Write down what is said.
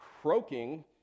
croaking